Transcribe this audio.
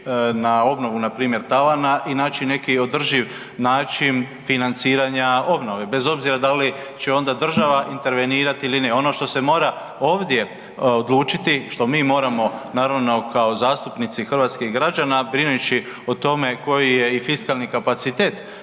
na obnovu npr. tavana i naći neki održiv način financiranja obnove. Bez obzira da li će onda država intervenirati ili ne. Ono što se mora ovdje odlučiti, što mi moramo naravno kao zastupnici hrvatskih građana, brineći koji je i fiskalni kapacitet